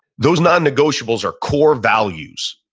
those non-negotiables are core values.